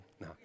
no